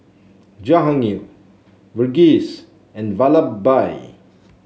Jahangir Verghese and Vallabhbhai